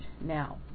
now